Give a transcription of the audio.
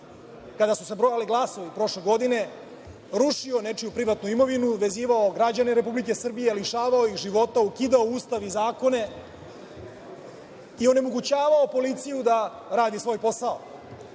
kada su se brojali glasovi prošle godine, rušio nečiju privatnu imovinu i vezivao građane Republike Srbije, lišavao ih života, ukidao Ustav i zakone i onemogućavao policiji da radi svoj